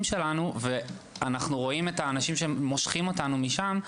שלנו ואנחנו רואים את האנשים שמושכים אותנו משם,